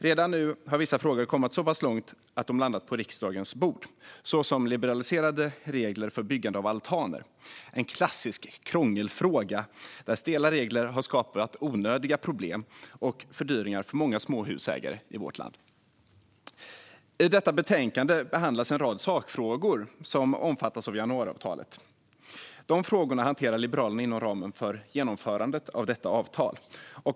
Redan nu har vissa frågor kommit så pass långt att de landat på riksdagens bord, såsom liberaliserade regler för byggande av altaner - en klassisk krångelfråga där stela regler har skapat onödiga problem och fördyringar för många småhusägare i vårt land. I detta betänkande behandlas en rad sakfrågor som omfattas av januariavtalet. De frågorna hanterar Liberalerna inom ramen för genomförandet av detta avtal.